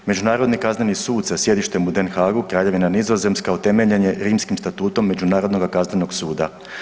Međunarodni kazneni sud sa sjedištem u Den Haagu, Kraljevina Nizozemska utemeljen je Rimskim statutom Međunarodnog kaznenog suda.